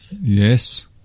Yes